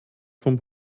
von